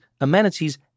amenities